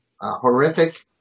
horrific